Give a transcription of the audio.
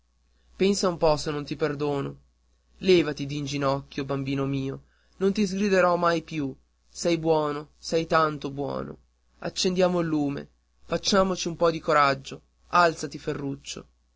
pensa un po se non ti perdono levati d'in ginocchio bambino mio non ti sgriderò mai più sei buono sei tanto buono accendiamo il lume facciamoci un po di coraggio alzati ferruccio